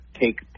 take